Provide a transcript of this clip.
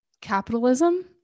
capitalism